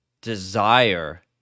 desire